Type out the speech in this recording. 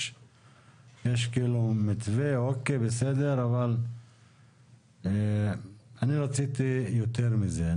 יש מתווה, בסדר, אבל אני רציתי יותר מזה.